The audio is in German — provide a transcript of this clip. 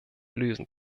lösen